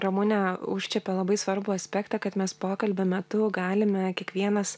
ramunė užčiuopė labai svarbų aspektą kad mes pokalbio metu galime kiekvienas